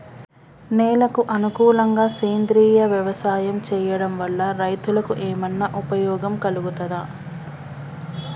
నేలకు అనుకూలంగా సేంద్రీయ వ్యవసాయం చేయడం వల్ల రైతులకు ఏమన్నా ఉపయోగం కలుగుతదా?